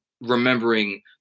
remembering